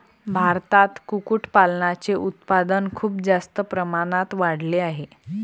भारतात कुक्कुटपालनाचे उत्पादन खूप जास्त प्रमाणात वाढले आहे